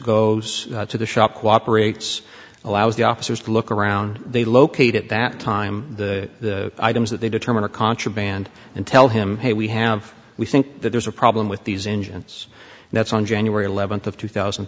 goes to the shop cooperate allows the officers to look around they locate at that time the items that they determine are contraband and tell him hey we have we think that there's a problem with these engines and that's on january eleventh of two thousand